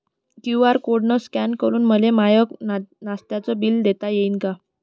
QR code scan करून मले माय नास्त्याच बिल देता येईन का?